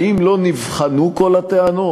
האם לא נבחנו כל הטענות?